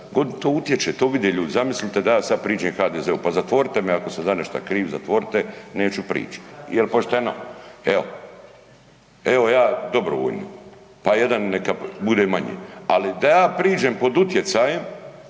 to utječe, to vide ljudi. Zamislite da ja sada priđem HDZ-u, pa zatvorite me ako sam za nešto kriv, zatvorite, neću prić, jel pošteno? Evo ja dobrovoljno, pa jedan neka bude manje. Ali da ja priđem pod utjecajem